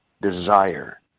desire